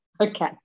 Okay